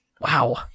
Wow